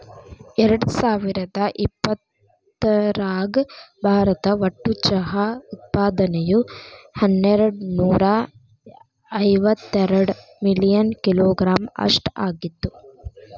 ಎರ್ಡಸಾವಿರದ ಇಪ್ಪತರಾಗ ಭಾರತ ಒಟ್ಟು ಚಹಾ ಉತ್ಪಾದನೆಯು ಹನ್ನೆರಡನೂರ ಇವತ್ತೆರಡ ಮಿಲಿಯನ್ ಕಿಲೋಗ್ರಾಂ ಅಷ್ಟ ಆಗಿತ್ತು